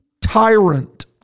tyrant